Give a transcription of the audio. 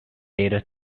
data